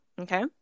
okay